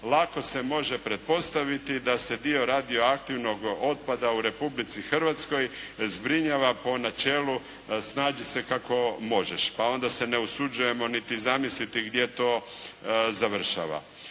Lako se može pretpostaviti da se dio radioaktivnog otpada u Republici Hrvatskoj zbrinjava po načelu "snađi se kako možeš" pa onda se ne usuđujemo niti zamisliti gdje to završava.